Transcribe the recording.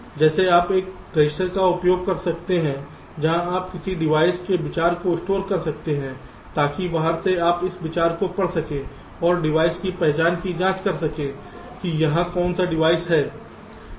जैसे आप एक रजिस्टर का उपयोग कर सकते हैं जहां आप किसी डिवाइस के विचार को स्टोर कर सकते हैं ताकि बाहर से आप इस विचार को पढ़ सकें और डिवाइस की पहचान की जांच कर सकें कि यह कौन सा डिवाइस है